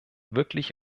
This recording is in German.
wirklich